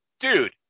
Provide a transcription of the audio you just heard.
dude